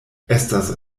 estas